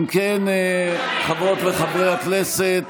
אם כן, חברות וחברי הכנסת,